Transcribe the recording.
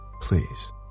please